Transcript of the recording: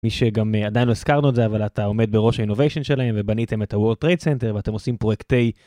מי שגם עדיין לא זכרנו את זה אבל אתה עומד בראש אינוביישן שלהם ובניתם את הוורד טרייד סנטר ואתם עושים פרויקטי.